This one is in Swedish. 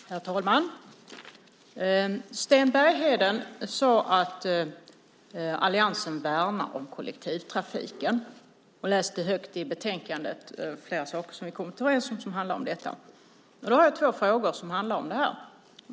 Herr talman! Sten Bergheden sade att alliansen värnar om kollektivtrafiken och läste högt ur betänkandet flera saker som vi har kommit överens om som handlar om detta. Jag har två frågor som handlar om detta.